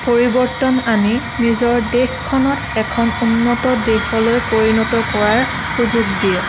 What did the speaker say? পৰিবৰ্তন আনি নিজৰ দেশখনক এখন উন্নত দেশলৈ পৰিণত কৰাৰ সুযোগ দিয়ে